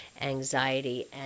Anxiety